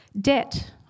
Debt